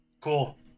Cool